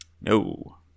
No